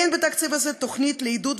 אין בתקציב הזה תוכנית לעידוד,